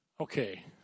okay